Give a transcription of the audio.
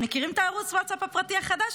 מכירים את ערוץ הווטסאפ הפרטי החדש?